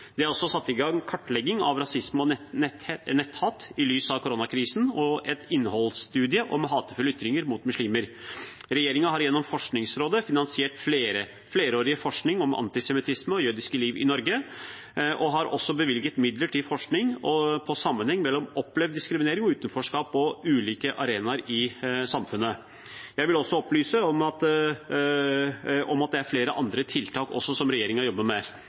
Det er også satt i gang kartlegging av rasisme og netthat i lys av koronakrisen og en innholdsstudie om hatefulle ytringer mot muslimer. Regjeringen har gjennom Forskningsrådet finansiert flerårig forskning om antisemittisme og jødiske liv i Norge og har også bevilget midler til forskning på sammenheng mellom opplevd diskriminering og utenforskap på ulike arenaer i samfunnet. Jeg vil også opplyse om at det også er flere andre tiltak som regjeringen jobber med.